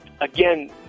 Again